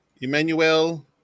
Emmanuel